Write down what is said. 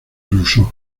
rousseau